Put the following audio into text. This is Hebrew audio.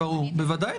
בוודאי,